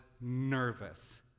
nervous